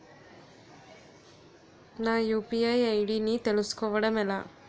నా UPI ID ని తెలుసుకోవడం ఎలా?